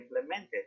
implemented